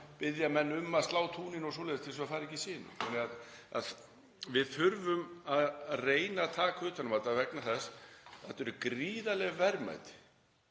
biðja menn um að slá tún og svoleiðis svo það fari ekki í sinu. Við þurfum að reyna að taka utan um þetta vegna þess að það eru gríðarleg verðmæti